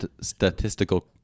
statistical